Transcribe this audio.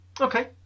Okay